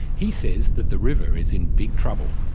he says that the river is in big trouble.